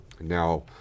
now